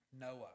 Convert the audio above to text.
Noah